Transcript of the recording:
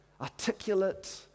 articulate